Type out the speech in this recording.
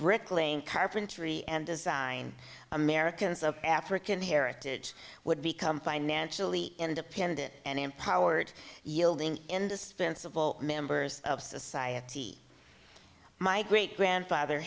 bricklaying carpentry and design americans of african heritage would become financially independent and empowered yielding indispensable members of society my great grandfather